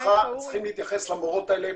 וצריכים להתייחס למורות ולמורים האלה,